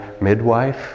midwife